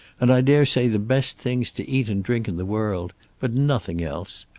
and i dare say the best things to eat and drink in the world but nothing else.